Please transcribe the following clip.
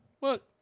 Look